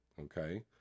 Okay